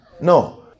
No